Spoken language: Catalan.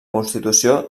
constitució